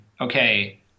okay